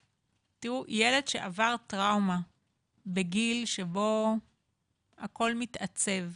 תראו, ילד שעבר טראומה בגיל שבו הכול מתעצב,